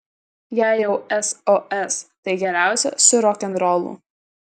jei jau sos tai geriausia su rokenrolu